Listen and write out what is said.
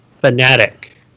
fanatic